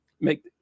make